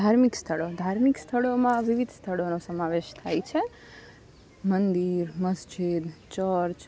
ધાર્મિક સ્થળો ધાર્મિક સ્થળોમાં વિવિધ સ્થળોનો સમાવેશ થાય છે મંદિર મસ્જિદ ચર્ચ